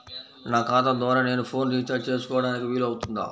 నా ఖాతా ద్వారా నేను ఫోన్ రీఛార్జ్ చేసుకోవడానికి వీలు అవుతుందా?